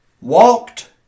walked